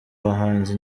bahanzi